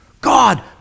God